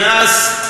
מאז,